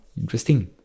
Interesting